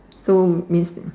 so means